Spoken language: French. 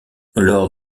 lors